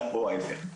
או ההיפך.